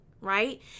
right